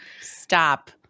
Stop